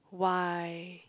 why